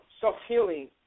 self-healing